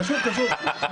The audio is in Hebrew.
זה קשור, קשור.